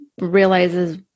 realizes